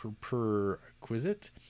perquisite